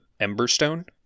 Emberstone